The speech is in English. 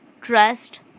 trust